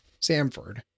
Samford